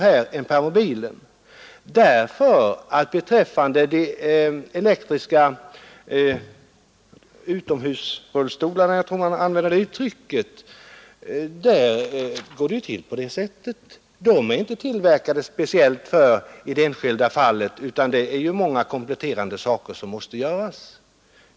De elektriska s.k. utomhusrullstolarna är nämligen inte tillverkade speciellt för varje särskilt fall utan de måste kompletteras i många avseenden.